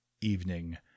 evening